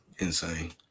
Insane